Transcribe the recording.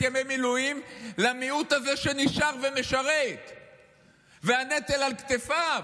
ימי מילואים למיעוט הזה שנשאר ומשרת והנטל על כתפיו.